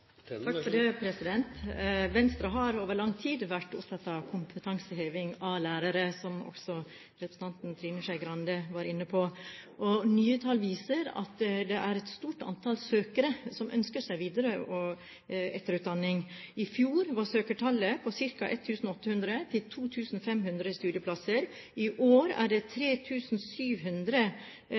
Trine Skei Grande var inne på. Nye tall viser at det er et stort antall søkere som ønsker seg videre- og etterutdanning. I fjor var søkertallet ca. 1 800 til 2 500 studieplasser. I år er det